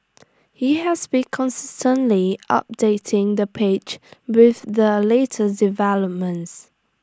he has been constantly updating the page with the latest developments